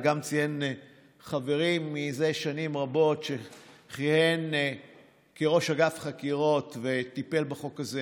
וציין גם חברי מזה שנים רבות שכיהן כראש אגף חקירות וטיפל בחוק הזה